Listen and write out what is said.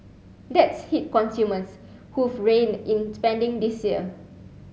that's hit consumers who've reined in spending this year